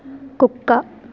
కుక్క